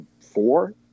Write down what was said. four